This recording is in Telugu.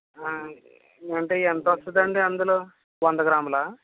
అంటే ఎంత వస్తుందండి అందులో వంద గ్రాముల